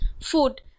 food